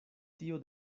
tio